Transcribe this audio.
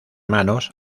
manos